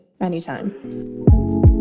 Anytime